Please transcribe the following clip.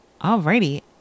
alrighty